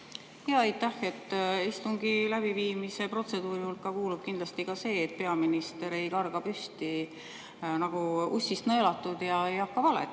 Aitäh! Istungi läbiviimise protseduuri hulka kuulub kindlasti ka see, et peaminister ei karga püsti nagu ussist nõelatud ega hakka valetama.